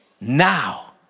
Now